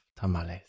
tamales